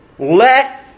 Let